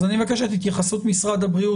אז אני מבקש את התייחסות משרד הבריאות,